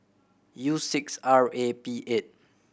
U six R A P eight